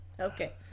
Okay